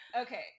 Okay